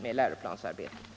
ens framtida inriktning